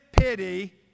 pity